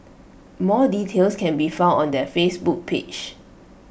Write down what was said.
more details can be found on their Facebook page